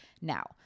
Now